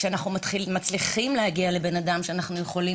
כשאנחנו מצליחים כבר להגיע ולדבר עם בן אדם, לרוב